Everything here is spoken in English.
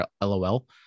LOL